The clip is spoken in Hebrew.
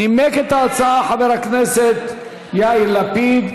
נימק את ההצעה חבר הכנסת יאיר לפיד.